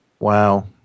Wow